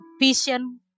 vision